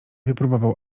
wypróbował